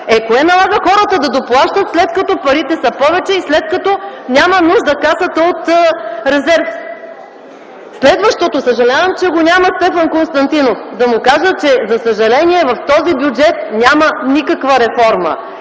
Кое налага хората да доплащат, след като парите са повече и след като Касата няма нужда от резерв? Следващото! Съжалявам, че го няма Стефан Константинов, за да му кажа, че за съжаление в този бюджет няма никаква реформа!